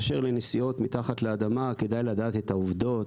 באשר לנסיעות מתחת לאדמה כדאי לדעת את העובדות.